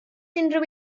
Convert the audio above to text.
unrhyw